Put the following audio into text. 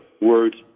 words